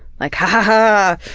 like hahaha,